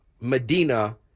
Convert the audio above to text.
Medina